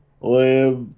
live